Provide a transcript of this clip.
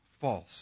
false